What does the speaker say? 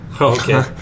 Okay